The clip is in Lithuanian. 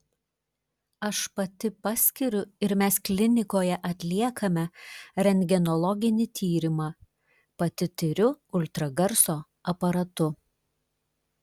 aš pati paskiriu ir mes klinikoje atliekame rentgenologinį tyrimą pati tiriu ultragarso aparatu